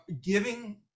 giving